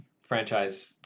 franchise